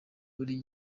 buri